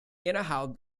innerhalb